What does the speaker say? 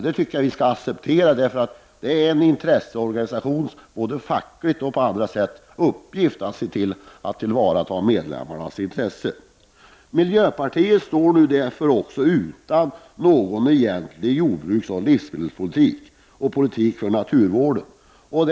Det tycker jag att vi skall acceptera, för de är intresseorganisationer som både fackligt och på annat sätt har till uppgift att tillvarata medlemmarnas intressen. Miljöpartiet står nu utan någon egentlig jordbruksoch livsmedelspolitik och politik för naturvården.